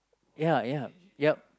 ya ya yep